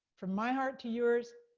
from my heart to yours,